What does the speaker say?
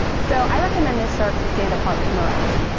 so i recommend this shirt to stand apart from the rest.